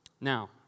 Now